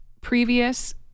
previous